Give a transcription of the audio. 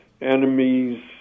enemies